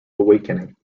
awakening